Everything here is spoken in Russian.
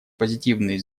позитивные